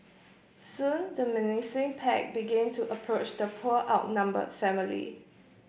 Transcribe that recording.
soon the menacing pack began to approach the poor outnumber family